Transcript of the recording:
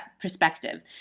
perspective